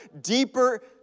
deeper